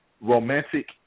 romantic